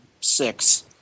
six